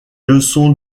leçons